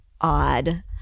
odd